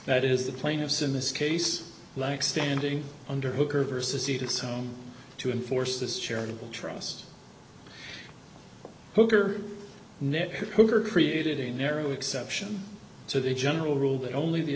that is the plaintiffs in this case lack standing under hooker's the seat assume to enforce this charitable trust hooker net cougar created a narrow exception to the general rule that only the